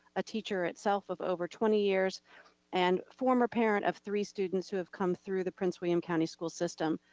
a teacher itself of over twenty years and former parent of three students who have come through the prince william county school system.